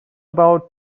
about